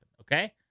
okay